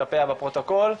כלפיה בפרוטוקול,